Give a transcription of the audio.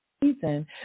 season